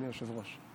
אדוני היושב-ראש.